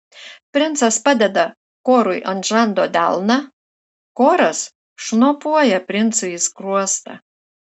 princas padeda korui ant žando delną koras šnopuoja princui į skruostą